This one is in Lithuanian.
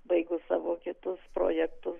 baigus savo kitus projektus